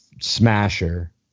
smasher